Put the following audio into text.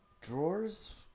drawers